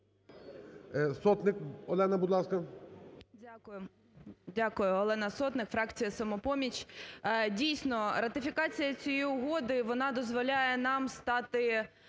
Дякую. Олена Сотник, фракція "Самопоміч". Дійсно, ратифікація цієї угоди вона дозволяє нам стати